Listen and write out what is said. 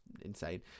insane